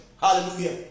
Hallelujah